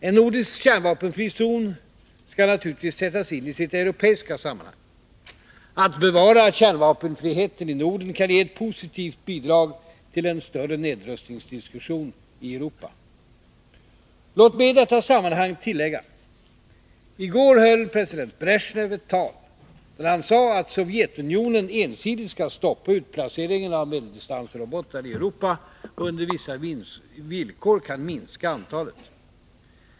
En nordisk kärnvapenfri zon skall naturligtvis sättas in i sitt europeiska sammanhang. Att bevara kärnvapenfriheten i Norden kan ge ett positivt bidrag till en större nedrustningsdiskussion i Europa. Låt mig i detta sammanhang tillägga: I går höll president Bresjnev ett tal där han sade att Sovjetunionen ensidigt skall stoppa utplaceringen av medeldistansrobotar i Europa och under vissa villkor minska antalet.